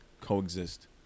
coexist